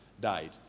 died